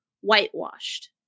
whitewashed